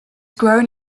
grown